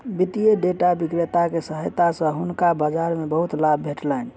वित्तीय डेटा विक्रेता के सहायता सॅ हुनका बाजार मे बहुत लाभ भेटलैन